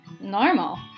normal